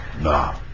No